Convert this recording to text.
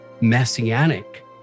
Messianic